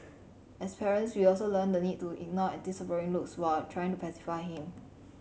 as parents we also learn the need to ignore disapproving looks while trying to pacify him